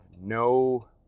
no